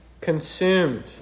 consumed